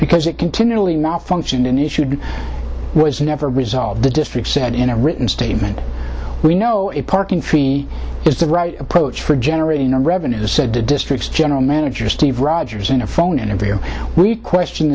because it continually malfunctioned in issued was never resolved the district said in a written statement we know a parking fee is the right approach for generating revenue said the district's general manager steve rogers in a phone interview we question